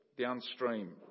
downstream